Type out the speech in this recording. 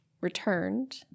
returned